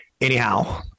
Anyhow